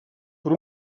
per